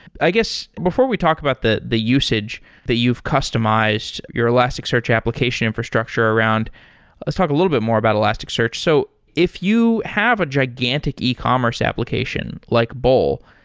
i guess before we talk about the the usage that you've customized your elasticsearch application infrastructure around let's talk a little bit more about elasticsearch. so if you have a gigantic ecommerce application like bol,